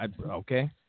Okay